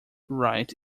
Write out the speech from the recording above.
right